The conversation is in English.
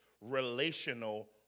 relational